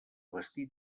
vestit